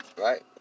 right